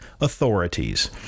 authorities